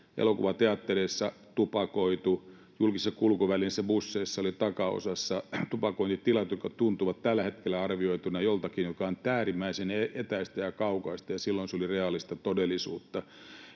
Elokuvateattereissa tupakoitiin, julkisissa kulkuvälineissä, busseissa, oli takaosassa tupakointitilat, jotka tuntuvat tällä hetkellä arvioituna joltakin, mikä on äärimmäisen etäistä ja kaukaista, mutta silloin se oli reaalista, todellisuutta.